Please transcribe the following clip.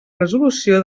resolució